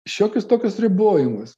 šiokius tokius ribojimus